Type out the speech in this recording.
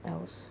I was